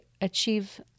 achieve